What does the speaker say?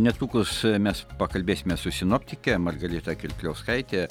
netrukus mes pakalbėsime su sinoptike margarita kirkliauskaite